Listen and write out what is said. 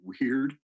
weird